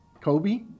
kobe